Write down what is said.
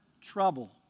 trouble